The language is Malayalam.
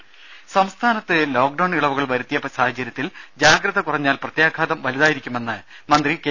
രുമ സംസ്ഥാനത്ത് ലോക് ഡൌൺ ഇളവുകൾ വരുത്തിയ സാഹചര്യത്തിൽ ജാഗ്രത കുറഞ്ഞാൽ പ്രത്യാഘാതം വലുതായിരിക്കുമെന്ന് മന്ത്രി കെ